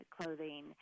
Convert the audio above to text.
clothing